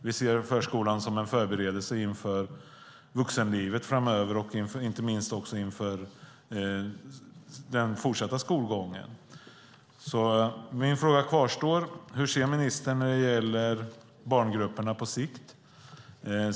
Vi ser förskolan som en förberedelse inför vuxenlivet framöver och inte minst inför den fortsatta skolgången. Mina frågor kvarstår alltså: Hur ser ministern på barngrupperna på sikt?